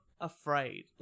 afraid